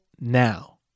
now